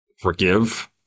Forgive